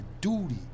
duty